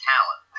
talent